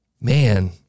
man